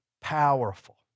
powerful